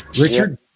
Richard